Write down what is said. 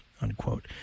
unquote